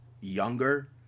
younger